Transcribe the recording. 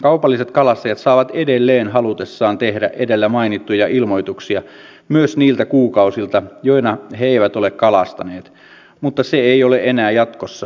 kaupalliset kalastajat saavat edelleen halutessaan tehdä edellä mainittuja ilmoituksia myös niiltä kuukausilta joina he eivät ole kalastaneet mutta se ei ole enää jatkossa pakollista